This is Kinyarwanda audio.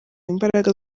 imbaraga